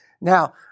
Now